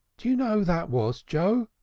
do you know who that was, joe?